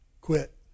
quit